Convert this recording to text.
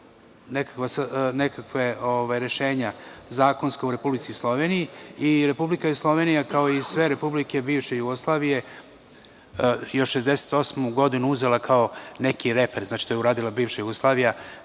nekakva zakonska rešenja u Republici Sloveniji. Republika Slovenija, kao i sve republike bivše Jugoslavije, još 1968. godinu je uzela kao neki reper. Znači, to je uradila bivša Jugoslavija,